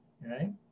Right